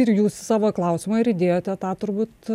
ir jūs savo klausimą ir įdėjote tą turbūt